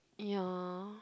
ya